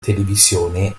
televisione